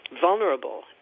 vulnerable